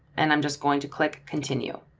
and i'm just going to click continue.